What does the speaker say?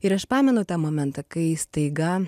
ir aš pamenu tą momentą kai staiga